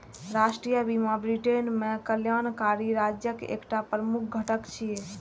राष्ट्रीय बीमा ब्रिटेन मे कल्याणकारी राज्यक एकटा प्रमुख घटक छियै